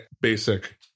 basic